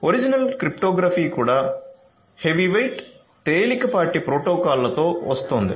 original cryptography కూడా heavyweight తేలికపాటి ప్రోటోకాల్లతో వస్తోంది